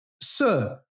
Sir